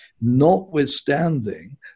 notwithstanding